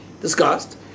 discussed